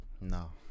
No